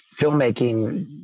filmmaking